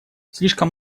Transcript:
слишком